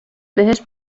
بهش